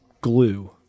glue